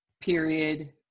period